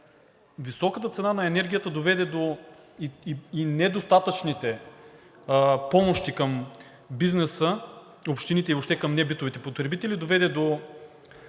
високата цена на енергията и недостатъчните помощи към бизнеса, общините и въобще към небитовите потребители, доведе до